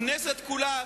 הכנסת כולה,